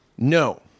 No